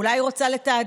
אולי היא רוצה לתעדף,